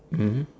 mmhmm